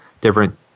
different